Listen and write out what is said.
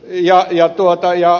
ja ja tuottaja